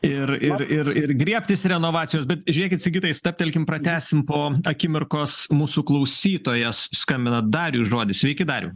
ir ir ir ir griebtis renovacijos bet žiūrėkit sigitai stabtelkim pratęsim po akimirkos mūsų klausytojas skambina dariui žodis sveiki dariau